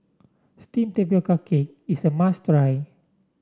steam tapioca is a must try